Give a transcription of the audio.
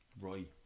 Right